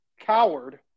coward